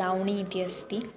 लावणी इति अस्ति